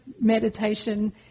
meditation